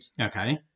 Okay